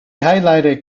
highlighted